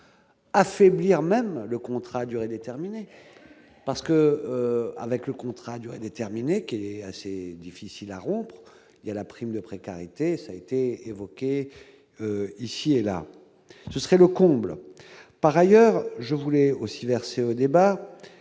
affaiblir même le contrat à durée déterminée, parce que, avec le contrat à durée déterminée qui est assez difficile à rompre, il y a la prime de précarité ça été évoqué ici et là, ce serait le comble par ailleurs je voulais aussi verser au débat